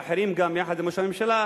וגם אחרים יחד עם ראש הממשלה,